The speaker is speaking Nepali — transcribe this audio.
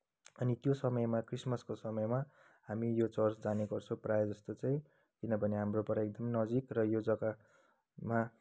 अनि त्यो समयमा क्रिसमसको समयमा हामी यो चर्च जाने गर्छौँ प्रायः जस्तो चाहिँ किनभने हाम्रोबाट एकदम नजिक र यो जग्गामा